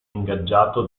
ingaggiato